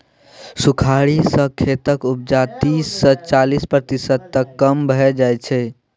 सुखाड़ि सँ खेतक उपजा तीस सँ चालीस प्रतिशत तक कम भए जाइ छै